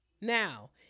now